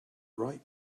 right